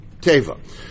Teva